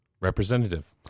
Representative